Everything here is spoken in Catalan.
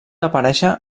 aparèixer